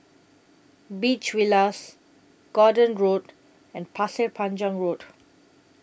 Beach Villas Gordon Road and Pasir Panjang Road